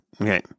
Okay